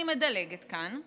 אני מדלגת כאן.